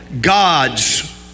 God's